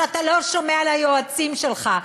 שאתה לא שומע ליועצים שלך,